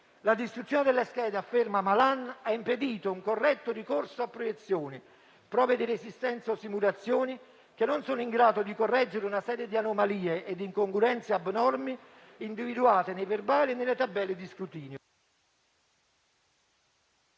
La distruzione delle schede - afferma il senatore Malan - ha impedito un corretto ricorso a proiezioni, prove di resistenza o simulazioni, che non sono in grado di correggere una serie di anomalie e di incongruenze abnormi individuate nei verbali e nelle tabelle di scrutinio,